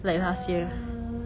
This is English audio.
like last year